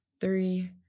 three